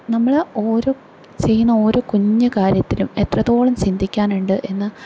നമ്മളെ ഓരോ ചെയ്യുന്ന ഓരോ കുഞ്ഞ് കാര്യത്തിലും എത്രത്തോളം ചിന്തിക്കാനുണ്ട് എന്ന്